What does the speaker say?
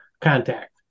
contact